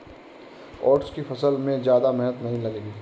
oats की फसल में ज्यादा मेहनत नहीं लगेगी